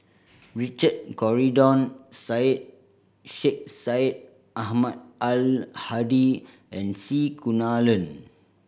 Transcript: Richard Corridon Syed Sheikh Syed Ahmad Al Hadi and C Kunalan